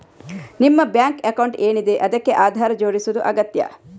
ನಿಮ್ಮ bank account ಏನಿದೆ ಅದಕ್ಕೆ ಆಧಾರ್ ಜೋಡಿಸುದು ಅಗತ್ಯ